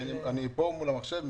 אני כאן מול המחשב.